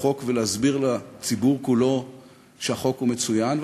חוק ולהסביר לציבור כולו שהחוק הוא מצוין,